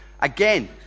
again